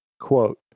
quote